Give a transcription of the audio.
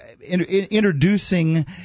introducing